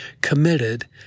Committed